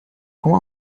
com